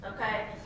okay